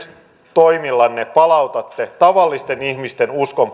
toimillanne palautatte tavallisten ihmisten uskon